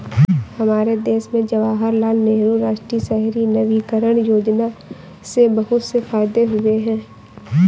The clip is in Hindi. हमारे देश में जवाहरलाल नेहरू राष्ट्रीय शहरी नवीकरण योजना से बहुत से फायदे हुए हैं